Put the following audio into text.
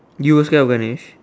you where scared of vanish